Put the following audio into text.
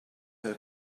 her